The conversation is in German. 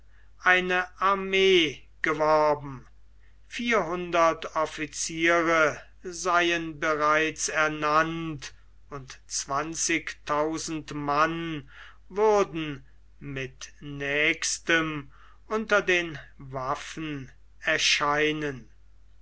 eine armee geworben vierhundert officiere seien bereits ernannt und zwanzigtausend mann würden mit nächstem unter den waffen erscheinen